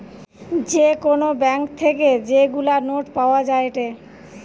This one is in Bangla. যে কোন ব্যাঙ্ক থেকে যেগুলা নোট পাওয়া যায়েটে